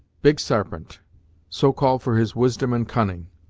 big sarpent so called for his wisdom and cunning,